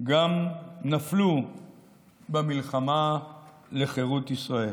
גם נפלו במלחמה לחירות ישראל.